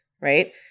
right